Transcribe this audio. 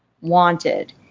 wanted